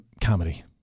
Comedy